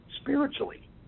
spiritually